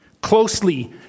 Closely